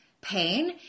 pain